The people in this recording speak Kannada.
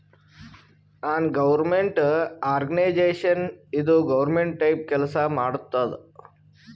ನಾನ್ ಗೌರ್ಮೆಂಟ್ ಆರ್ಗನೈಜೇಷನ್ ಇದು ಗೌರ್ಮೆಂಟ್ ಟೈಪ್ ಕೆಲ್ಸಾ ಮಾಡತ್ತುದ್